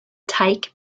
teig